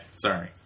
sorry